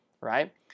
right